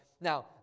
Now